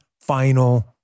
final